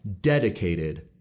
dedicated